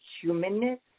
humanness